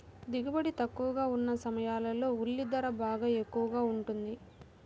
దిగుబడి తక్కువగా ఉన్న సమయాల్లో ఉల్లి ధర బాగా ఎక్కువగా ఉంటుంది